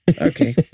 Okay